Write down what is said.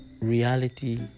reality